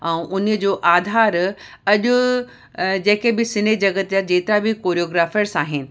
ऐं उन जो आधार अॼु जेके बि सिने जगत जा जेतिरा बि कोरियोग्राफर्स आहिनि